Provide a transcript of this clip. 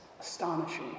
astonishing